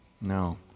No